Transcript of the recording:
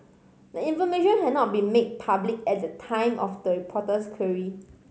the information had not been made public at the time of the reporter's query